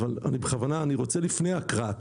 אני בכוונה רוצה לפני ההקראה.